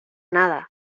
nada